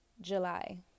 July